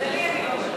למזלי, אני לא,